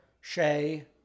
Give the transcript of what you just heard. Shay